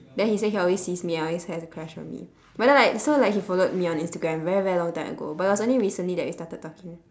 then he say he always sees me and always had a crush on me but then like so like he followed on instagram very very long time ago but it was only recently that we started talking